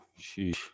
sheesh